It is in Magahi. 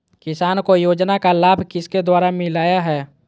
किसान को योजना का लाभ किसके द्वारा मिलाया है?